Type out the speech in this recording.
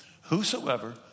whosoever